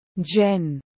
Jen